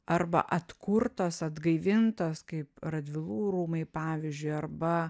arba atkurtos atgaivintos kaip radvilų rūmai pavyzdžiui arba